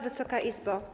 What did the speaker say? Wysoka Izbo!